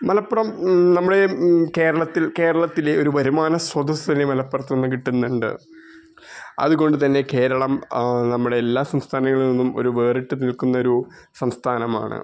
മലപ്പുറം നമ്മുടെ കേരളത്തിൽ കേരളത്തില് ഒര് വരുമാന സ്രോതസ്സ് തന്നെ മലപ്പുറത്തു നിന്ന് കിട്ടുന്നുണ്ട് അതുകൊണ്ട് തന്നെ കേരളം നമ്മുടെ എല്ലാ സംസ്ഥാനങ്ങളിൽ നിന്നും ഒര് വേറിട്ട് നിൽക്കുന്നൊരു സംസ്ഥാനമാണ്